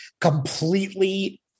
completely